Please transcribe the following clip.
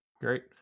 Great